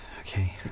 Okay